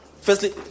Firstly